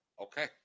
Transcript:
Okay